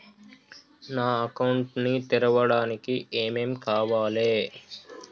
నా అకౌంట్ ని తెరవడానికి ఏం ఏం కావాలే?